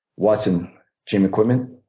watson gym equipment.